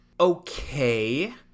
Okay